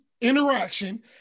interaction